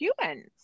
humans